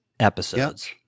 Episodes